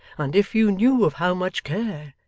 and if you knew of how much care,